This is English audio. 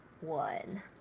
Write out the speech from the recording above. one